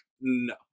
No